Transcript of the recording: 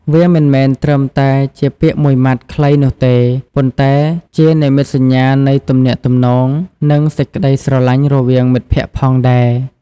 វាមិនមែនត្រឹមតែជាពាក្យមួយម៉ាត់ខ្លីនោះទេ ប៉ុន្តែជានិមិត្តសញ្ញានៃទំនាក់ទំនង និងសេចក្ដីស្រលាញ់រវាងមិត្តភក្ដិផងដែរ។